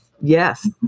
Yes